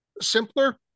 simpler